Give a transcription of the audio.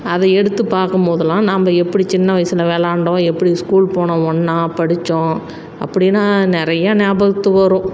அதை எடுத்து பார்க்கும் போதுலாம் நம்ம எப்படி சின்ன வயசில் விளயாண்டோம் எப்படி ஸ்கூல் போனோம் ஒன்றா படித்தோம் அப்படின்னா நிறையா ஞாபகத்துக்கு வரும்